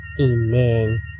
amen